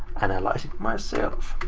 analyze myself.